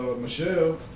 Michelle